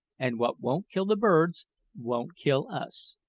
and what won't kill the birds won't kill us.